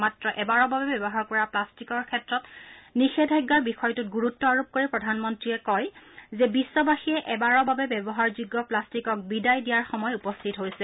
মাত্ৰ এবাৰৰ বাবে ব্যৱহাৰ কৰা প্লাট্টিকৰ ক্ষেত্ৰত নিষেধাজ্ঞাৰ বিষয়টোত গুৰুত্ আৰোপ কৰি প্ৰধানমন্ত্ৰীয়ে কয় যে বিশ্বাসীয়ে এবাৰৰ বাবে ব্যৱহাৰযোগ্য প্লাষ্টিকক বিদায় দিয়াৰ সময় উপস্থিত হৈছে